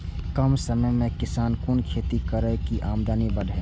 कम समय में किसान कुन खैती करै की आमदनी बढ़े?